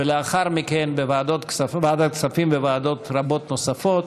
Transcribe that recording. ולאחר מכן בוועדת הכספים ובוועדות רבות נוספות